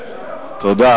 התרבות והספורט נתקבלה.